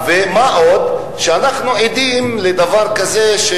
מה עוד שאנחנו עדים גם למכשור